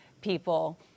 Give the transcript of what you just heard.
people